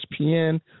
ESPN